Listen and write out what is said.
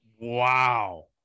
Wow